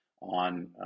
on